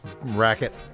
racket